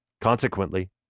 Consequently